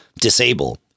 disable